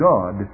God